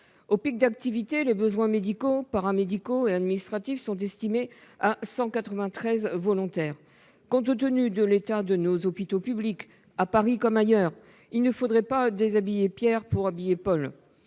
et paralympiques. Les besoins médicaux, paramédicaux et administratifs du pic d'activité sont estimés à 193 volontaires. Compte tenu de l'état de nos hôpitaux publics, à Paris comme ailleurs, il ne faudrait pas déshabiller Pierre pour habiller Paul